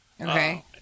Okay